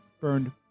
burned